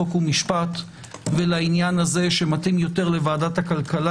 חוק ומשפט ולעניין הזה שמתאים יותר לוועדת הכלכלה.